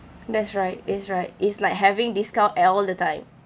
that's right that's right it's like having discount at all the time